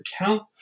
account